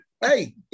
Hey